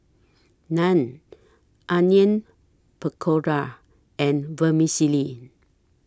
Naan Onion Pakora and Vermicelli